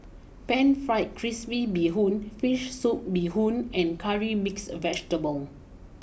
Pan Fried Crispy Bee Hoon Fish Soup Bee Hoon and Curry Mixed Vegetable